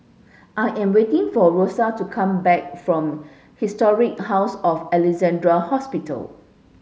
I am waiting for Rosa to come back from Historic House of Alexandra Hospital